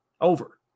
over